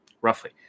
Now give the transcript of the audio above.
roughly